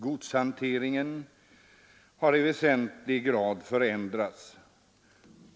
Godshanteringen har i väsentlig grad förändrats.